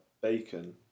Bacon